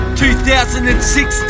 2016